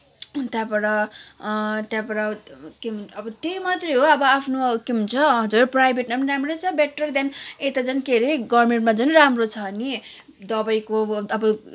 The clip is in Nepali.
त्यहाँबाट त्यहाँबाट अब त्यही मात्रै हो अब आफ्नो के भन्छ हजुर प्राइभेटमा पनि राम्रै छ बेट्टर देन यता झन् के अरे गभर्मेन्टमा झन् राम्रो छ नि दबाईको अब